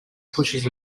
pushes